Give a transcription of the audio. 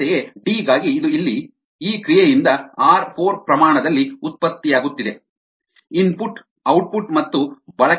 ಅಂತೆಯೇ ಡಿ ಗಾಗಿ ಇದು ಇಲ್ಲಿ ಈ ಕ್ರಿಯೆಯಿಂದ ಆರ್ 4 ಪ್ರಮಾಣ ದಲ್ಲಿ ಉತ್ಪತ್ತಿಯಾಗುತ್ತಿದೆ ಇನ್ಪುಟ್ ಔಟ್ಪುಟ್ ಮತ್ತು ಬಳಕೆ ನಿಯಮಗಳು ಶೂನ್ಯವಾಗಿರುತ್ತದೆ